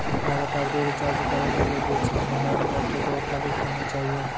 लगातार दु रिचार्ज करै लेली बीच मे पंद्रह मिनट रो खाली समय चाहियो